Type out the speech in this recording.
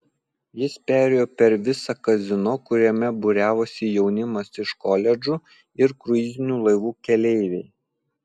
jis perėjo per visą kazino kuriame būriavosi jaunimas iš koledžų ir kruizinių laivų keleiviai